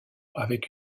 avec